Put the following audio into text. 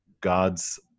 God's